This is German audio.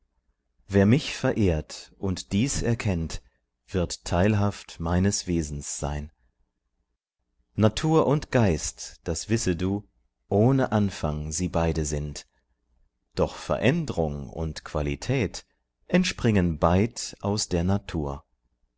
wer mich verehrt und dies erkennt wird teilhaft meines wesens sein natur und geist das wisse du ohne anfang sie beide sind doch veränd'rung und qualität entspringen beid aus der natur